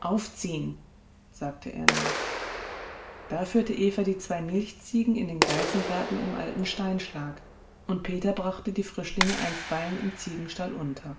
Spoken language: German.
aufziehen sagte er nur da führte eva die zwei milchziegen in den geißengarten im alten steinschlag und peter brachte die frischlinge einstweilen im ziegenstall unter